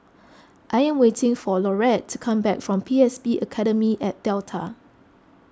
I am waiting for Laurette to come back from P S B Academy at Delta